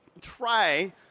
try